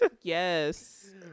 Yes